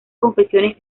confesiones